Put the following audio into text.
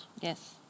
Yes